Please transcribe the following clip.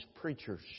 preachers